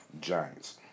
Giants